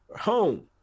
home